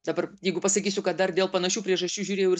dabar jeigu pasakysiu kad dar dėl panašių priežasčių žiūrėjau ir